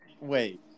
Wait